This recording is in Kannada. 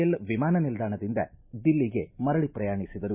ಎಲ್ ವಿಮಾನ ನಿಲ್ದಾಣದಿಂದ ದಿಲ್ಲಿಗೆ ಮರಳಿ ಪ್ರಯಾಣಿಸಿದರು